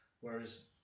whereas